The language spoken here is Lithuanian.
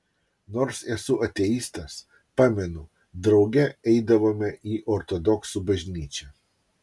nors esu ateistas pamenu drauge eidavome į ortodoksų bažnyčią